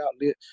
outlet